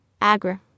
Agra